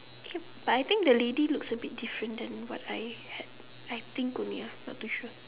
eh but I think the lady looks a bit different then what I had I think only ah not too sure